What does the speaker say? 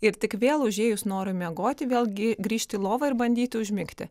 ir tik vėl užėjus norui miegoti vėlgi grįžti į lovą ir bandyti užmigti